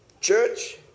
church